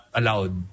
allowed